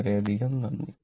വളരെയധികം നന്ദി